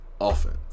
Offense